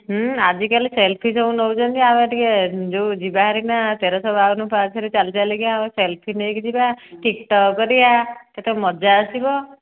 ଆଜିକାଲି ସେଲ୍ଫି ଯେଉଁ ନେଉଛନ୍ତି ଆମେ ଟିକିଏ ଯେଉଁ ଯିବା ହାରି ନା ତେରଶହ ବାଉନ ପାହାଚରେ ଚାଲି ଚାଲିକା ଆମେ ସେଲ୍ଫି ନେଇକା ଯିବା ଟିକ୍ଟକ୍ କରିବା କେତେ ମଜା ଆସିବ